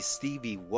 Stevie